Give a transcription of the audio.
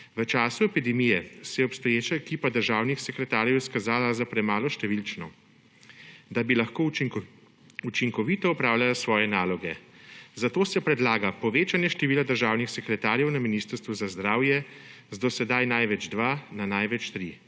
V času epidemije se je obstoječa ekipa državnih sekretarjev izkazala za premalo številčno, da bi lahko učinkovito opravljala svoje naloge. Zato se predlaga povečanje število državnih sekretarjev na Ministrstvu za zdravje z do sedaj največ dva na največ tri.